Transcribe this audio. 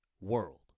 world